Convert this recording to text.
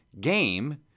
game